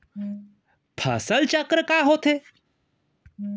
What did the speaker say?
फसल चक्र का होथे?